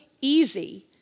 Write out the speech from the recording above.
easy